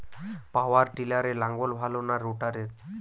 পাওয়ার টিলারে লাঙ্গল ভালো না রোটারের?